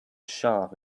sharp